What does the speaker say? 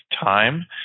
time